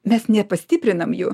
mes nepastiprinam jų